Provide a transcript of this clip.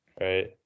right